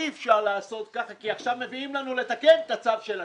אי אפשר לעשות כך כי עכשיו מביאים לנו תיקון לצו של עצמנו.